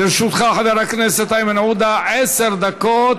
לרשותך, חבר הכנסת איימן עודה, עשר דקות.